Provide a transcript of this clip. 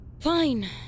Fine